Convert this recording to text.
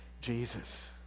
Jesus